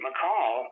McCall